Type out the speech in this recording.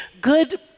Good